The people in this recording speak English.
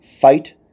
fight